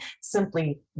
simply